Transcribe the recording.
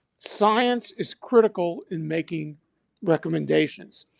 science is critical in making recommendations.